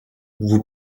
vous